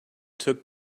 took